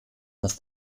dass